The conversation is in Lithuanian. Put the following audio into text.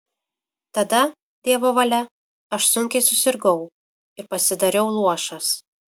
tada dievo valia aš sunkiai susirgau ir pasidariau luošas